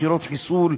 מכירות חיסול,